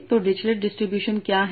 तो Dirichlet distribution क्या हैं